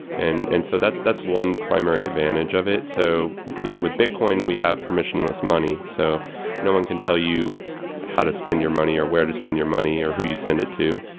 and and so that's that's one primary advantage of it so you know with bitcoin, we have permissionless money, so no one can tell you how to spend your money or where to spend your money or who you send it to.